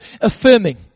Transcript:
affirming